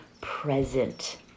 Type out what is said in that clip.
present